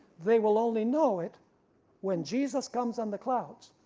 they will only know it when jesus comes on the clouds,